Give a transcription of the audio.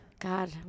God